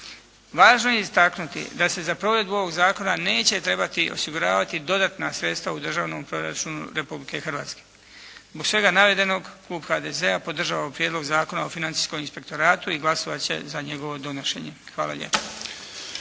Važno je istaknuti da se za provedbu ovog zakona neće trebati osiguravati dodatna sredstva u državnom proračunu Republike Hrvatske. Zbog svega navedenog klub HDZ-a podržava Prijedlog zakona o Financijskom inspektoratu i glasovat će za njegovo donošenje. Hvala lijepa.